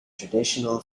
traditional